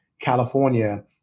California